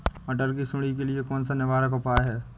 मटर की सुंडी के लिए कौन सा निवारक उपाय है?